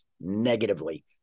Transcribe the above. negatively